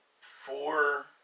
four